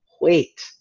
wait